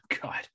god